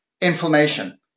Inflammation